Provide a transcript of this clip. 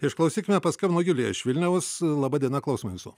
išklausykime paskambino julija iš vilniaus laba diena klausome jūsų